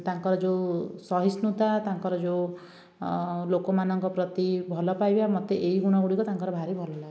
ତାଙ୍କର ଯେଉଁ ସହିଷ୍ଣୁତା ତାଙ୍କର ଯେଉଁ ଲୋକମାନଙ୍କ ପ୍ରତି ଭଲ ପାଇବା ମୋତେ ଏ ଗୁଣ ଗୁଡ଼ିକ ତାଙ୍କର ଭାରି ଭଲ ଲାଗେ